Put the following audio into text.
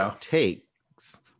takes